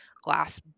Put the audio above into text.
glass